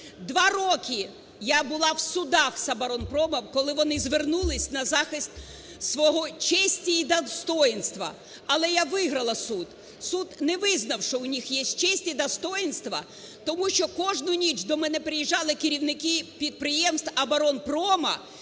Два роки я була в судах з оборонпромом, коли вони звернулись на захист своєї честі і достоїнства, але я виграла суд. Суд не визнав, що у них є честь і достоїнство, тому що кожну ніч до мене приїжджали керівники підприємств оборонпрому